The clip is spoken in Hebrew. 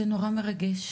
זה נורא מרגש,